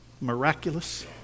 miraculous